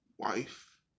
wife